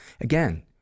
Again